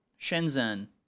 Shenzhen